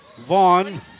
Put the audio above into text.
Vaughn